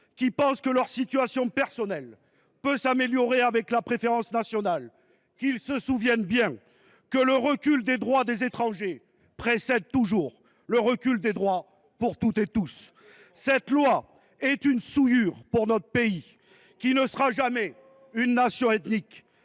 qui pensent que leur situation personnelle peut s’améliorer avec la préférence nationale : qu’ils se souviennent bien que le recul des droits des étrangers précède toujours le recul des droits de toutes et de tous. Et vous savez de quoi vous parlez ! Cette loi est une souillure pour notre pays. La France ne sera jamais une nation ethnique